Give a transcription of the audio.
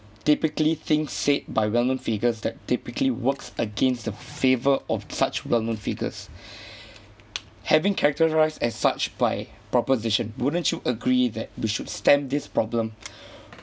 typically things said by well known figures that typically works against the favour of such well known figures having characterised as such by proposition wouldn't you agree that we should stem this problem